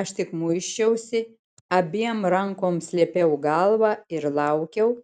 aš tik muisčiausi abiem rankom slėpiau galvą ir laukiau